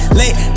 late